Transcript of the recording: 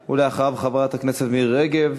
2974, 2991, 3001, 3002,